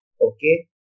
okay